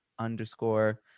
underscore